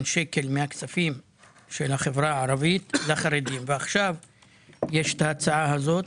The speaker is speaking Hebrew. שקל מהכספים של החברה הערבית לחרדים ועכשיו יש ההצעה הזו.